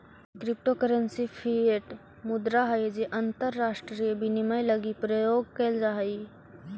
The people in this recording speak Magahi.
क्रिप्टो करेंसी फिएट मुद्रा हइ जे अंतरराष्ट्रीय विनिमय लगी प्रयोग कैल जा हइ